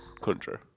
country